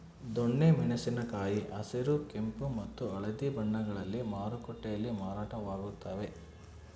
ದೊಣ್ಣೆ ಮೆಣಸಿನ ಕಾಯಿ ಹಸಿರು ಕೆಂಪು ಮತ್ತು ಹಳದಿ ಬಣ್ಣಗಳಲ್ಲಿ ಮಾರುಕಟ್ಟೆಯಲ್ಲಿ ಮಾರಾಟವಾಗುತ್ತವೆ